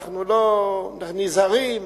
אנחנו נזהרים,